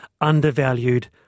undervalued